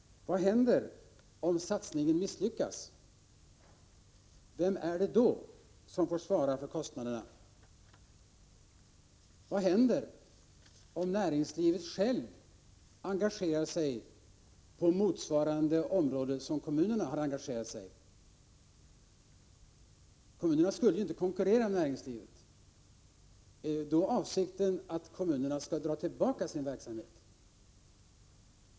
Vad händer om satsningen misslyckas? Vem är det då som får svara för kostnaderna? Vad händer om näringslivet självt engagerar sig på motsvarande område som kommunerna har engagerat sig? Kommunerna skall ju inte konkurrera med näringslivet. Är avsikten att kommunerna då skall dra tillbaka sin verksamhet?